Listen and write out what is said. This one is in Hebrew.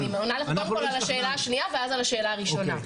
אני עונה לך קודם כל על השאלה השנייה ואז על השאלה הראשונה.